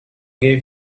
gave